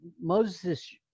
Moses